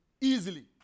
Easily